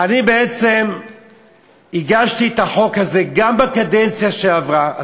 אני בעצם הגשתי את הצעת החוק הזאת גם בקדנציה שעברה,